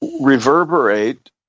reverberate